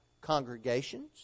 congregations